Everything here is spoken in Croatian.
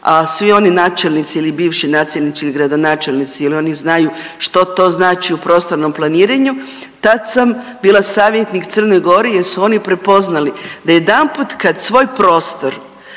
a svi oni načelnici ili bivši načelnici ili gradonačelnici jer oni znaju što to znači u prostornom planiranju, tad sam bila savjetnik Crnoj Gori jer su oni prepoznali da jedanput kad svoj prostor